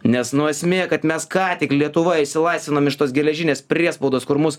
nes nuo esmė kad mes ką tik lietuva išsilaisvinom iš tos geležinės priespaudos kur mus